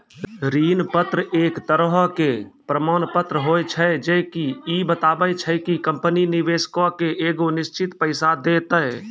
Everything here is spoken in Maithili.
ऋण पत्र एक तरहो के प्रमाण पत्र होय छै जे की इ बताबै छै कि कंपनी निवेशको के एगो निश्चित पैसा देतै